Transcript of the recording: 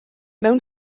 mewn